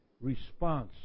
response